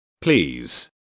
please